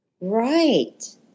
Right